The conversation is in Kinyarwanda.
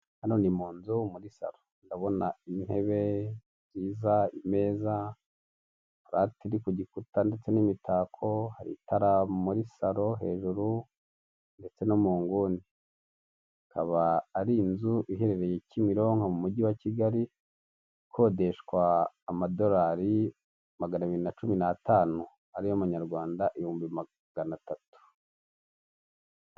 Hano ni mu nzu, muri salo. Ndabona intebe nziza, imeza, furati iri ku gikuta ndetse n'imitako, hari itara muri salo hejuru ndetse no mu nguni. Ikaba ari inzu iherereye Kimironko mu mujyi wa Kigali, ikodeshwa amadolari magana abiri na cumi n'atanu, ari yo manyarwanda ibihumbi magana atatu.